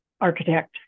architect